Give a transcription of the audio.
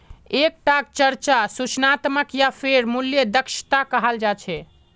एक टाक चर्चा सूचनात्मक या फेर मूल्य दक्षता कहाल जा छे